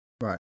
Right